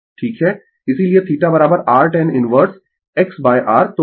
इसीलिये θ r tan inverse X R